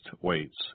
weights